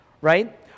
right